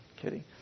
kidding